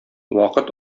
вакыт